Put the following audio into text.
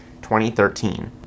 2013